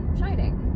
shining